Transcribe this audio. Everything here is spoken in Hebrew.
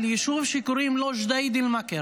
על יישוב שקוראים לו ג'דיידה-מכר.